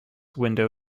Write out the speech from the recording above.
window